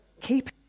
keep